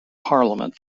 parliament